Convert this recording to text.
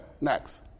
Next